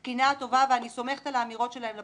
תקינה וטובה ואני סומכת על האמירות שלהם לפרוטוקול.